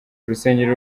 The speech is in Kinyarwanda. urusengero